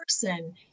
person